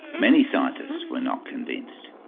many scientists were not convinced.